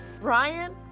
Brian